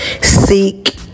seek